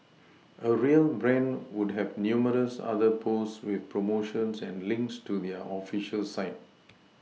a real brand would have numerous other posts with promotions and links to their official site